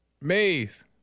Maze